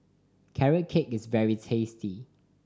Carrot Cake is very tasty